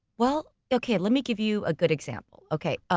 well, okay, let me give you a good example. okay,